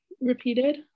repeated